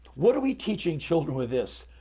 what are we teaching children with this?